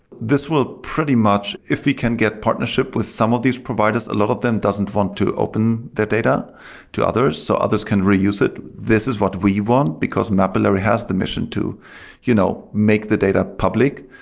this will pretty much, if we can get partnership with some of these providers, a lot of them doesn't want to open their data to others so others can reuse it. this is what we want, because mapillary has the mission to you know make the data public.